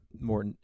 more